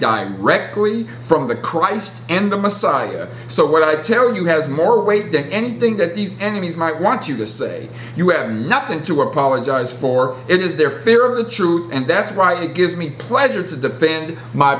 directly from the christ and the messiah so what i tell you has more weight than anything that these enemies might want you to say you have nothing to apologize for it is their fear of the truth and that's right it gives me pleasure to defend my